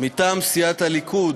מטעם סיעת הליכוד,